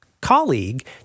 colleague